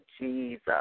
Jesus